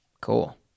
Cool